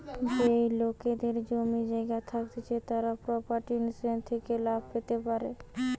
যেই লোকেদের জমি জায়গা থাকতিছে তারা প্রপার্টি ইন্সুরেন্স থেকে লাভ পেতে পারে